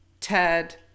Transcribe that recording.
Ted